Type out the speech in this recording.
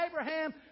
Abraham